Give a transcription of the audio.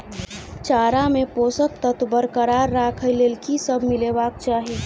चारा मे पोसक तत्व बरकरार राखै लेल की सब मिलेबाक चाहि?